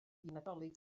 nadolig